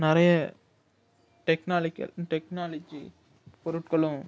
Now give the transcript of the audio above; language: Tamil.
நிறைய டெக்னாலிக்கள் டெக்னாலஜி பொருட்களும்